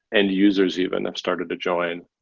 and users even have started to join.